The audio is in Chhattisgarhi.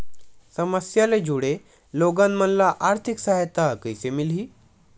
समस्या ले जुड़े लोगन मन ल आर्थिक सहायता कइसे मिलही?